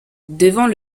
devant